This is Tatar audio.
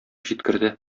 җиткерде